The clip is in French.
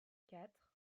quatre